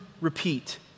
repeat